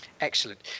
Excellent